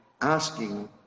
asking